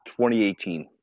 2018